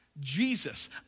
Jesus